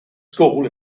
school